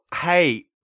hey